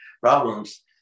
problems